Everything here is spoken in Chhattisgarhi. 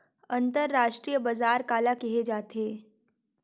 अंतरराष्ट्रीय बजार काला कहे जाथे?